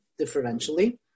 differentially